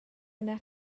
yna